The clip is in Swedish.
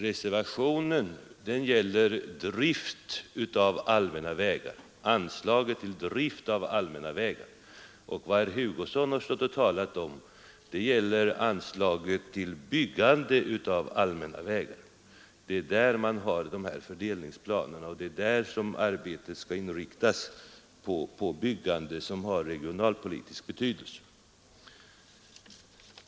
Reservationen gäller anslaget till drift av allmänna vägar, men vad herr Hugosson stått och talat om är anslaget till byggande av allmänna vägar. Det är där man har dessa fördelningsplaner och det är där som arbetet skall inriktas på byggande som har regionalpolitisk betydelse.